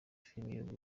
filimi